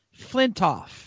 Flintoff